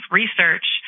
research